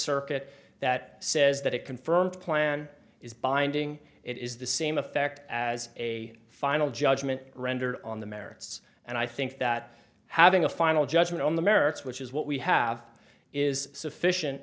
circuit that says that it confirmed plan is binding it is the same effect as a final judgment rendered on the merits and i think that having a final judgment on the merits which is what we have is sufficient